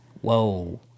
Whoa